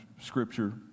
Scripture